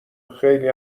خلی